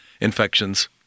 infections